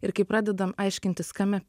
ir kai pradedam aiškintis kame